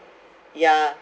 yeah